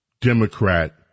Democrat